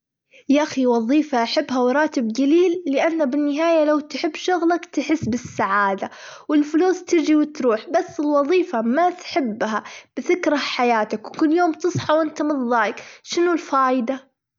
يا أخي وظيفة أحبها وراتب قليل لأنها بالنهاية لو تحب شغلك تحس بالسعادة، والفلوس تجي وتروح بس الوظيفة ما تحبها بتكره حياتك كل يوم تصحى وأنت مظايج شنو الفايدة.